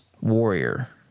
warrior